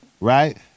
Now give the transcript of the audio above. Right